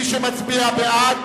מי שמצביע בעד,